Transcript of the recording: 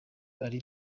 ari